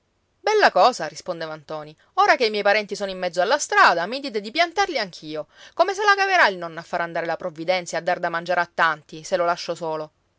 bella cosa rispondeva ntoni ora che i miei parenti sono in mezzo alla strada mi dite di piantarli anch'io come se la caverà il nonno a far andare la provvidenza e a dar da mangiare a tanti se lo lascio solo